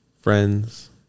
friends